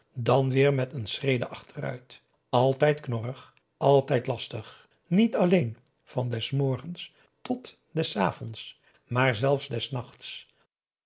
dan weer met een schrede achteruit altijd knorrig altijd lastig niet alleen van des morgens tot des avonds maar zelfs des nachts